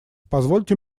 позвольте